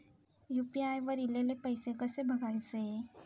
UPI वर ईलेले पैसे कसे बघायचे?